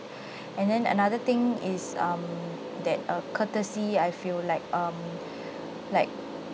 and then another thing is um that uh courtesy I feel like um like